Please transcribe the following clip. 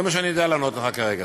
זה מה שאני יודע לענות לך כרגע.